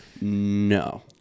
No